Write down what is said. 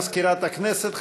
תודה למזכירת הכנסת.